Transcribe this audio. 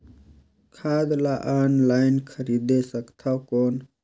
खाद ला ऑनलाइन खरीदे सकथव कौन?